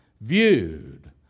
viewed